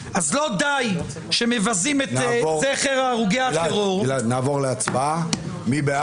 לא די שמבזים את זכר ההרוגים נצביע על הסתייגות 235. מי בעד?